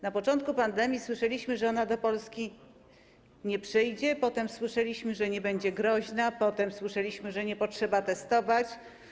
Na początku pandemii słyszeliśmy, że ona do Polski nie przyjdzie, potem słyszeliśmy, że nie będzie groźna, potem słyszeliśmy, że nie potrzeba testować.